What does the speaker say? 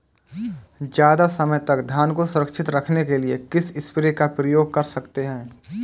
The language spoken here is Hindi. ज़्यादा समय तक धान को सुरक्षित रखने के लिए किस स्प्रे का प्रयोग कर सकते हैं?